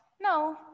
No